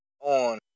on